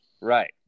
Right